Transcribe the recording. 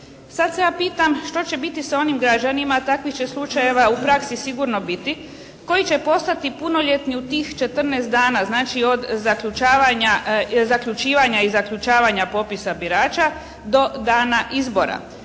Sad se ja pitam što će biti sa onim građanima, takvih će slučajeva u praksi sigurno biti, koji će postati punoljetni u tih 14 dana, znači od zaključivanja i zaključavanja popisa birača do dana izbora.